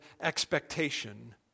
expectation